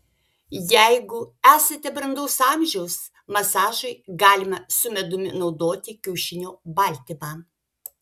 jeigu esate brandaus amžiaus masažui galima su medumi naudoti kiaušinio baltymą